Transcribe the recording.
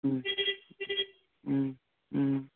ꯎꯝ ꯎꯝ ꯎꯝ